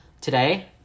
today